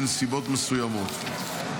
בנסיבות מסוימות.